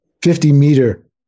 50-meter